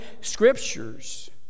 Scriptures